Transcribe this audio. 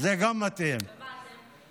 למי אתה קורא מג'נונה?